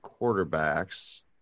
quarterbacks